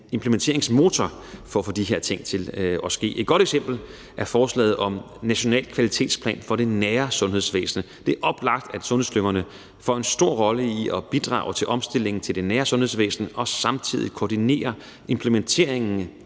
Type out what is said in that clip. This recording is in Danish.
implementeringsmotor for at få de her ting til at ske. Et godt eksempel er forslaget om en national kvalitetsplan for det nære sundhedsvæsen. Det er oplagt, at sundhedsklyngerne får en stor rolle i at bidrage til omstillingen til det nære sundhedsvæsen og samtidig koordinere implementeringen